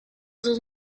sus